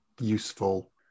useful